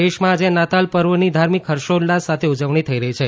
નાતાલ સમગ્ર દેશમાં આજે નાતાલ પર્વની ધાર્મિક હર્ષોલ્લાસ સાથે ઉજવણી થઇ રહી છે